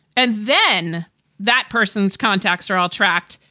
and then that person's contacts are all tracked,